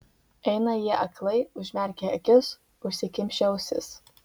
eina jie aklai užmerkę akis užsikimšę ausis